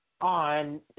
on